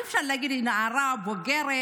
אי-אפשר להגיד שהיא נערה או בוגרת,